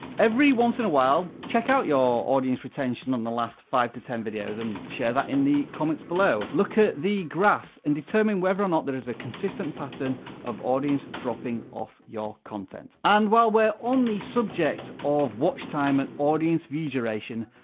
every once in a while, check out your audience retention on the last five to ten videos and share that in the comments below. look at the graphs and determine whether or not there is a consistent pattern of audience dropping off your content. and while we're on the subject of watch time, and audience visualization,